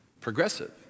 progressive